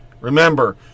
Remember